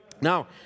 Now